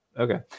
Okay